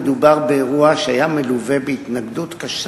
מדובר באירוע שהיה מלווה בהתנגדות קשה